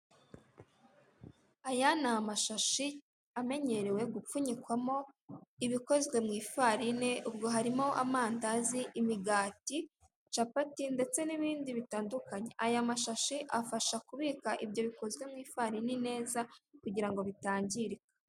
Aya ni amashashi amenyerewe gupfunyikwamo ibikozwe mu ifarine ubwo harimo amandazi, imigati, capati ndetse n'ibindi bitandukanye, aya mashashi afasha kubika ibyo bikozwe mu ifarini neza kugira ngo bitangirika.